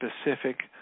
specific